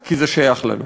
כי זה שייך לנו.